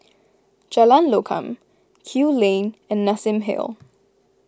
Jalan Lokam Kew Lane and Nassim Hill